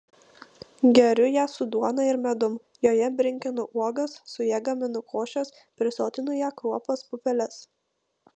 geriu ją su duona ir medum joje brinkinu uogas su ja gaminu košes prisotinu ja kruopas pupeles